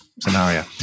scenario